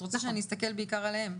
את רוצה שאני אסתכל בעיקר עליהם?